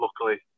luckily